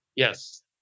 Yes